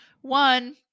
one